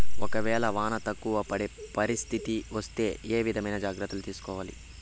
ఒక వేళ వాన తక్కువ పడే పరిస్థితి వస్తే ఏ విధమైన జాగ్రత్తలు తీసుకోవాలి?